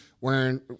wearing